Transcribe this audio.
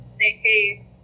hey